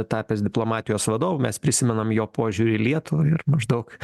tapęs diplomatijos vadovu mes prisimenam jo požiūrį į lietuvą ir maždaug